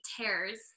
tears